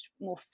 more